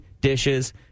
dishes